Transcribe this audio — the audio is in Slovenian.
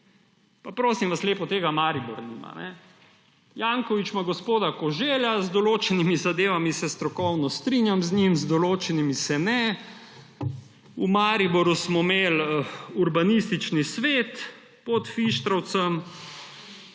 Pa prosim vas lepo, tega Maribor nima. Janković ima gospoda Koželja, z določenimi zadevami se strokovno strinjam z njim, z določenimi se ne. V Mariboru smo imeli urbanistični svet pod Fištravcem.